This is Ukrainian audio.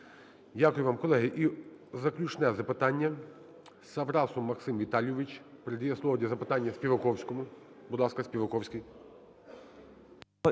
Дякую вам. Колеги, і заключне запитання. Саврасов Максим Віталійович передає слово для запитання Співаковському. Будь ласка, Співаковський.